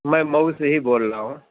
میں مئو سے ہی بول رہا ہوں